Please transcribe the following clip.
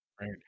Right